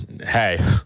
Hey